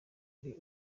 ari